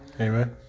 Amen